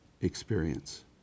experience